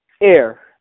air